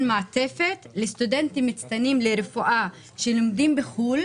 מעטפת לסטודנטים מצטיינים לרפואה שלומדים בחו"ל